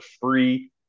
free